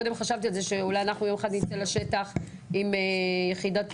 קודם חשבתי על זה שאולי יום אחד נצא לשטח עם יחידת פיקוח.